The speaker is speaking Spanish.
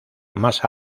más